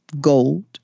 gold